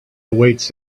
awaits